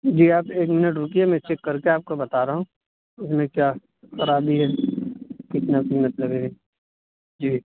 جی آپ ایک منٹ رکیے میں چیک کر کے آپ کو بتا رہا ہوں اس میں کیا خرابی ہے کتنا قیمت لگے گا جی